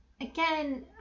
Again